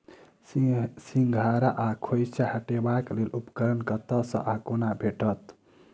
सिंघाड़ा सऽ खोइंचा हटेबाक लेल उपकरण कतह सऽ आ कोना भेटत?